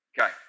Okay